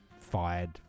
Fired